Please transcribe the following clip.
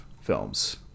films